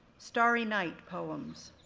starry night poems,